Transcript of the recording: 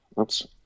Oops